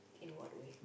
in what way